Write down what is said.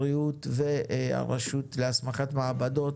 בריאות והרשות להסמכת מעבדות,